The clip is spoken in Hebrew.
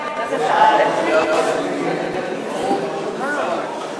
ההצעה להעביר את הצעת חוק הכניסה לישראל (תיקון מס'